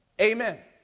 Amen